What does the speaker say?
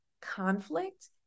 conflict